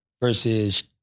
versus